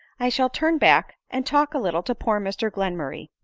i shall turn back and talk a little to poor mr glenmurray.